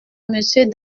monsieur